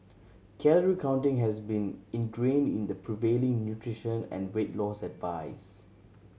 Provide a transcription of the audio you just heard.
calorie counting has been ingrained in the prevailing nutrition and weight loss advice